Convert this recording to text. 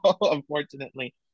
unfortunately